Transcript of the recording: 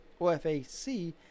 OFAC